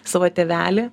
savo tėvelį